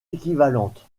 équivalentes